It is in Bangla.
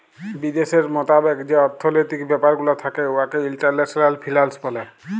বিদ্যাশের মতাবেক যে অথ্থলৈতিক ব্যাপার গুলা থ্যাকে উয়াকে ইল্টারল্যাশলাল ফিল্যাল্স ব্যলে